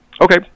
Okay